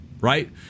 Right